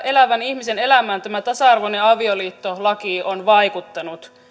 elävän ihmisen elämään tämä tasa arvoinen avioliittolaki on vaikuttanut